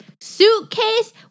suitcase